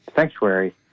sanctuary